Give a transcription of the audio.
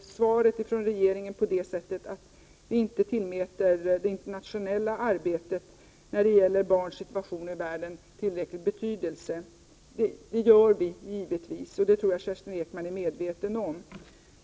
svaret Ob BrRoRre : I Lå cd ö i och barnprostitution, från regeringen på det sättet att vi inte tillmäter det internationella arbetet RR när det gäller barns situation i världen tillräcklig betydelse. Det gör vi givetvis, och det tror jag att Kerstin Ekman är medveten om.